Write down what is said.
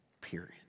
period